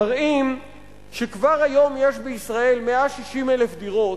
מראים שכבר היום יש בישראל 160,000 דירות,